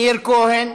מאיר כהן,